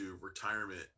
retirement